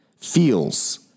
feels